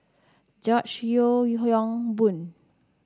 George Yeo Yong Boon